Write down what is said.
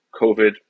COVID